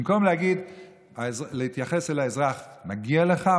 במקום להתייחס אל האזרח: מגיע לך,